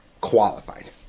qualified